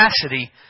capacity